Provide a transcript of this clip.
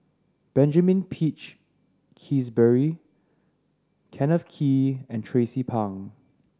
Benjamin Peach Keasberry Kenneth Kee and Tracie Pang